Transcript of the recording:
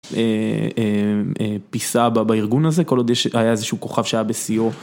פיסה בארגון הזה כל עוד היה איזה שהוא כוכב שהיה בשיאו.